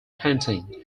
painting